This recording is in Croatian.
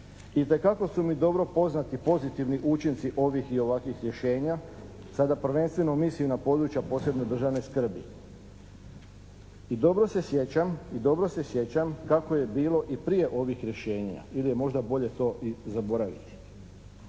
Itekako su mi dobro poznati pozitivni učinci ovih i ovakvih rješenja, sada prvenstveno mislim na područja posebne državne skrbi i dobro se sjećam kako je bilo i prije ovih rješenja ili je možda bolje to i zaboraviti.